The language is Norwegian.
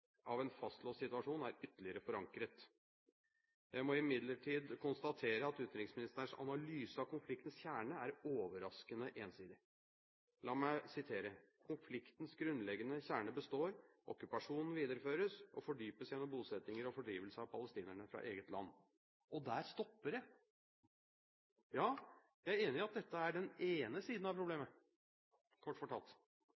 en fastlåst situasjon er ytterligere forankret.» Jeg må imidlertid konstatere at utenriksministerens analyse av konfliktens kjerne er overraskende ensidig. La meg sitere: «Konfliktens grunnleggende kjerne består, okkupasjonen videreføres og fordypes gjennom bosettinger og fordrivelse av palestinere fra eget land.» Og der stopper det. Ja, jeg er enig i at dette er den ene siden av